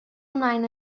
ymlaen